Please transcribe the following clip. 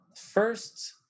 first